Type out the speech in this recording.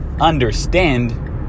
understand